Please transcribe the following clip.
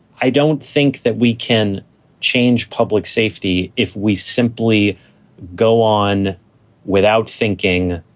i don't think that we can change public safety if we simply go on without thinking,